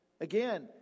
Again